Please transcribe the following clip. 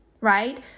Right